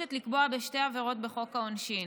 מבקשת לקבוע בשתי עבירות בחוק העונשין,